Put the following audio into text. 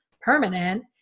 permanent